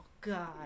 God